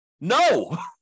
No